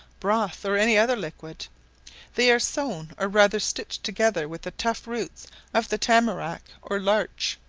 broth, or any other liquid they are sewn or rather stitched together with the tough roots of the tamarack or larch,